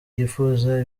yipfuza